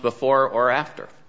before or after